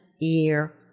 year